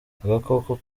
agakoko